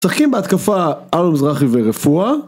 משחקים בהתקפה אלון מזרחי ורפואה